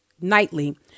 nightly